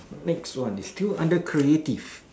next one is still under creative